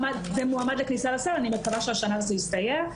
מועמד לכניסה לסל ואני מקווה שהשנה זה יסתייע.